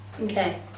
Okay